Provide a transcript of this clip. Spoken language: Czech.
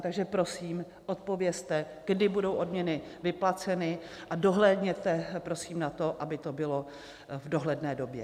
Takže prosím odpovězte, kdy budou odměny vyplaceny, a dohlédněte prosím na to, aby to bylo v dohledné době.